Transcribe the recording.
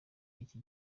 iki